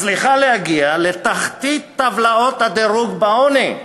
מצליחה להגיע לתחתית טבלאות הדירוג בעוני?